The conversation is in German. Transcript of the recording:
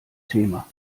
thema